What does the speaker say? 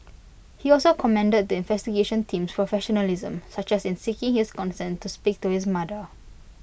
he also commended the investigation team's professionalism such as in seeking his consent to speak to his mother